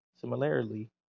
similarly